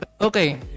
Okay